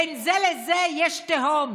בין זה לזה יש תהום.